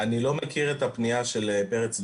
אני לא מכיר את הפניה של פרץ לוזון.